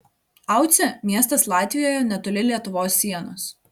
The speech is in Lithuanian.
aucė miestas latvijoje netoli lietuvos sienos